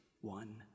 one